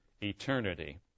Eternity